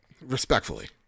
respectfully